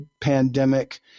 pandemic